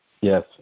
yes